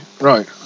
Right